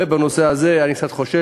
ובנושא הזה אני קצת חושש,